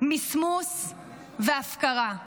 מסמוס והפקרה.